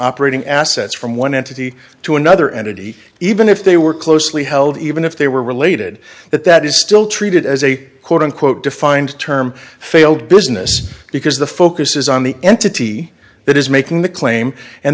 operating assets from one entity to another entity even if they were closely held even if they were related but that is still treated as a quote unquote defined term failed business because the focus is on the entity that is making the claim and